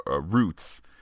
roots